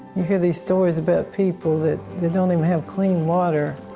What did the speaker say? you hear these stories about people that don't even have clean water,